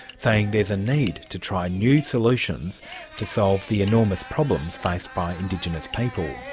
saying there's a need to try new solutions to solve the enormous problems faced by indigenous people.